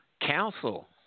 council